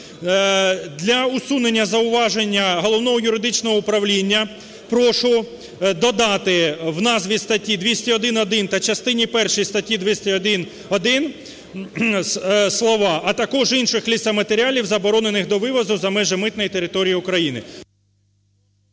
Для усунення зауваження Головного юридичного управління прошу додати в назві статті 201-1 та частині першій статті 201-1 слова "а також інших лісоматеріалів, заборонених до вивозу за межі митної території України".